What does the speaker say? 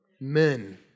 men